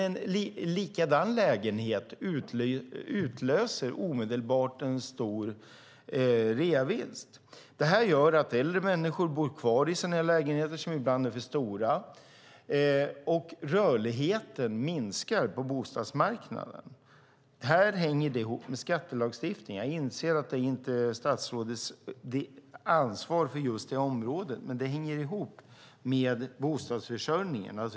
En flytt utlöser omedelbart en stor reavinst. Det gör att äldre människor bor kvar i sina lägenheter som ibland är för stora, och rörligheten minskar på bostadsmarknaden. Detta hänger ihop med skattelagstiftningen. Jag inser att det inte är statsrådets ansvarsområde, men att rörligheten minskar hänger ihop med bostadsförsörjningen.